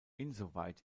insoweit